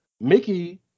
Mickey